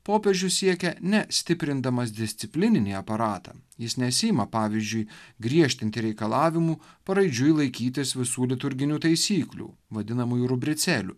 popiežius siekia ne stiprindamas disciplininį aparatą jis nesiima pavyzdžiui griežtinti reikalavimų paraidžiui laikytis visų liturginių taisyklių vadinamųjų rubricelių